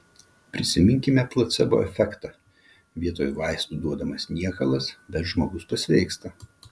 prisiminkime placebo efektą vietoj vaistų duodamas niekalas bet žmogus pasveiksta